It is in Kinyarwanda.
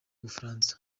bufaransa